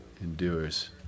endures